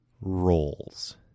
roles